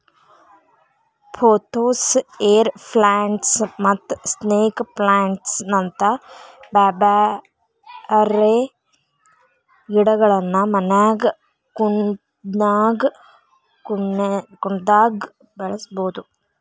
pothos, air plants ಮತ್ತ snake plant ನಂತ ಬ್ಯಾರ್ಬ್ಯಾರೇ ಗಿಡಗಳನ್ನ ಮನ್ಯಾಗ ಕುಂಡ್ಲ್ದಾಗ ಬೆಳಸಬೋದು